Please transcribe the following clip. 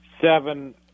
seven